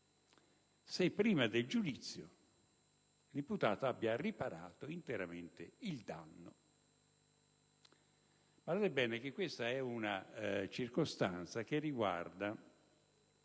se prima del giudizio l'imputato abbia riparato interamente il danno. Badate bene, questa è una circostanza che riguarda